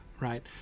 right